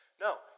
No